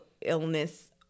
illness